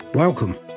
Welcome